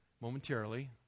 momentarily